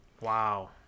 Wow